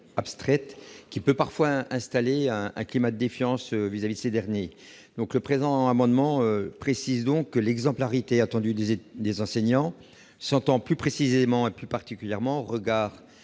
abstraite et peut installer un climat de défiance vis-à-vis de cette dernière. Cet amendement vise à préciser que l'exemplarité attendue des enseignants s'entend plus précisément et plus particulièrement au regard